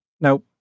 now